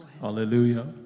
Hallelujah